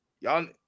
Y'all